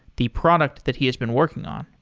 the product that he has been working on.